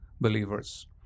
believers